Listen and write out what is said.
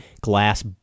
glass